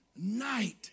night